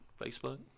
Facebook